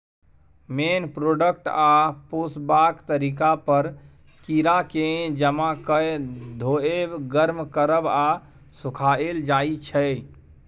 मेन product आ पोसबाक तरीका पर कीराकेँ जमा कए धोएब, गर्म करब आ सुखाएल जाइ छै